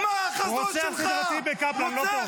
רד למטה, רד למטה, רד.